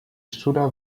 szczura